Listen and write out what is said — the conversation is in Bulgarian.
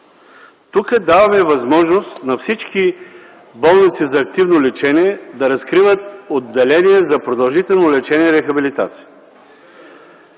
Тук даваме възможност на всички болници за активно лечение да разкриват отделения за продължително лечение и рехабилитация.